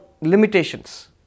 limitations